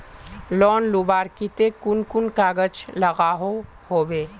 Loan लुबार केते कुन कुन कागज लागोहो होबे?